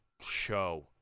show